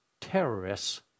terrorists